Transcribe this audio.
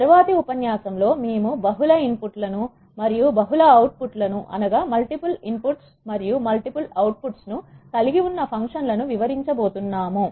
తరువాతి ఉపన్యాసంలో మేము బహుళ ఇన్ పుట్ లను మరియు బహుళ అవుట్పుట్ లను కలిగి ఉన్న ఫంక్షన్ లను వివరించబోతున్నాము